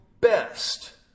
best